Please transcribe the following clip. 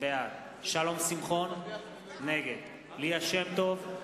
בעד שלום שמחון, נגד ליה שמטוב,